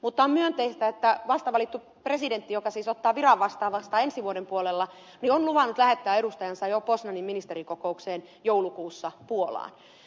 mutta on myönteistä että vasta valittu presidentti joka siis ottaa viran vastaan vasta ensi vuoden puolella on luvannut lähettää edustajansa jo poznanin ministerikokoukseen joulukuussa puolaan